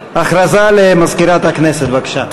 הכרזה למזכירת הכנסת, בבקשה.